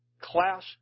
class